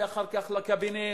ואחר כך לקבינט,